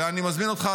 ואני מזמין אותך,